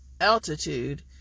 altitude